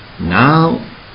now